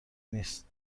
نیست